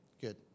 Good